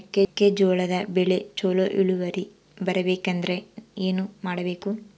ಮೆಕ್ಕೆಜೋಳದ ಬೆಳೆ ಚೊಲೊ ಇಳುವರಿ ಬರಬೇಕಂದ್ರೆ ಏನು ಮಾಡಬೇಕು?